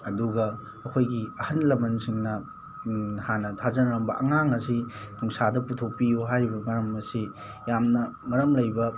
ꯑꯗꯨꯒ ꯑꯩꯈꯣꯏꯒꯤ ꯑꯍꯜ ꯂꯃꯟꯁꯤꯡꯅ ꯍꯥꯟꯅ ꯊꯥꯖꯅꯔꯝꯕ ꯑꯉꯥꯡ ꯑꯁꯤ ꯅꯨꯡꯁꯥꯗ ꯄꯨꯊꯣꯛꯄꯤꯌꯨ ꯍꯥꯏꯔꯤꯕ ꯃꯔꯝ ꯑꯁꯤ ꯌꯥꯝꯅ ꯃꯔꯝ ꯂꯩꯕ